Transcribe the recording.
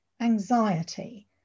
anxiety